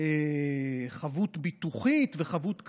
חבות ביטוחית וחבות כזאת,